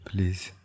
Please